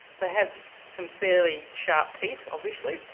they have some fairly sharp teeth obviously,